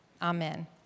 Amen